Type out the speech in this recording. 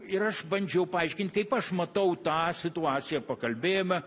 ir aš bandžiau paaiškint kaip aš matau tą situaciją pakalbėjome